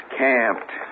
camped